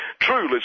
true